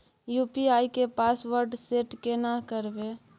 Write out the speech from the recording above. UPI के password set केना करबे?